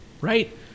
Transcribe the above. right